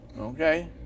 Okay